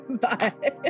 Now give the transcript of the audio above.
Bye